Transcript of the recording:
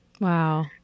Wow